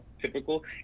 typical